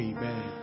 Amen